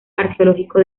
arqueológico